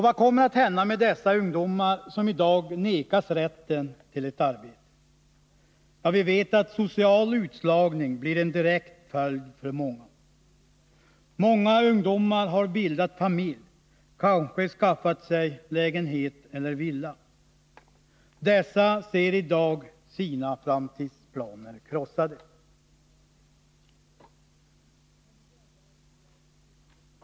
Vad kommer att hända med de ungdomar som i dag vägras rätten till ett arbete? Ja, vi vet att social utslagning blir en direkt förjd för många av dem. Många ungdomar har bildat familj, kanske skaffat sig lägenhet eller villa. De ser i dag sina framtidsplaner krossade.